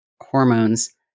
hormones